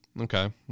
Okay